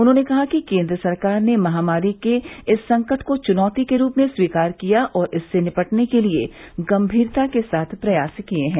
उन्होंने कहा कि केन्द्र सरकार ने महामारी के इस संकट को चुनौती के रूप में स्वीकार किया और इससे निपटने के लिये गम्भीरता के साथ प्रयास किये हैं